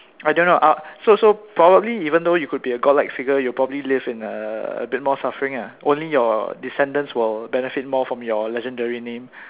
I don't know uh so so probably even though you could be a god like figure you'll probably live in a a bit more more suffering lah only your descendants will benefit more from your legendary name